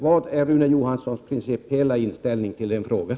Vilken principiell inställning har Rune Johansson i den frågan?